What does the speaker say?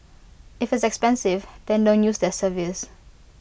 if it's expensive then don't use their service